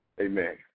Amen